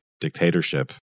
dictatorship